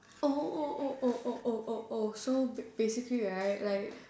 oh oh oh oh oh oh oh oh so basically right like